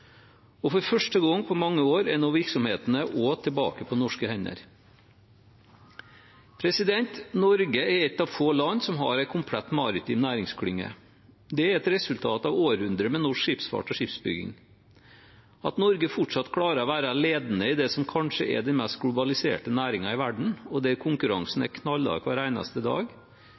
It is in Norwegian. For første gang på mange år er nå virksomheten også tilbake på norske hender. Norge er et av få land som har en komplett maritim næringsklynge. Det er et resultat av århundrer med norsk skipsfart og skipsbygging. At Norge fortsatt klarer å være ledende i det som kanskje er den mest globaliserte næringen i verden, og der konkurransen er knallhard hver eneste dag,